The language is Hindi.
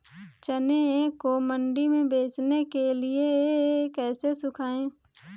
चने को मंडी में बेचने के लिए कैसे सुखाएँ?